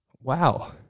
Wow